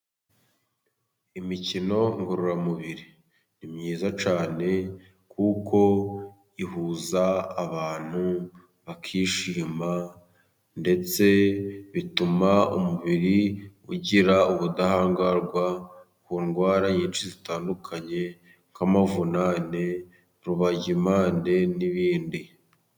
Imikino ngororamubiri ni myiza cyane kuko ihuza abantu bakishima . Ndetse bituma umubiri ugira ubudahangarwa ku ndwara nyinshi zitandukanye nk'amavunane, rubagimpande n'ibindi.